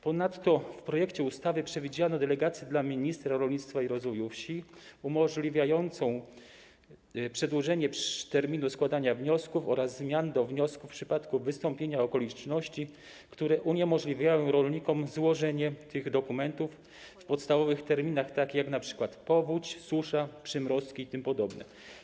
Ponadto w projekcie ustawy przewidziano delegacje dla ministra rolnictwa i rozwoju wsi umożliwiającą przedłużenie terminu składania wniosków oraz zmian do wniosków w przypadku wystąpienia okoliczności, które uniemożliwiają rolnikom złożenie tych dokumentów w podstawowych terminach, takich jak np. powódź, susza, przymrozki itp.